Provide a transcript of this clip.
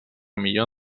millor